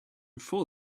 for